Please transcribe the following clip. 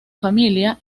familia